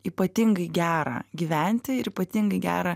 ypatingai gera gyventi ir ypatingai gera